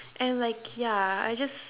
and like ya I just